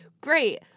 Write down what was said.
great